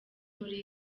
muri